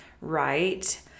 right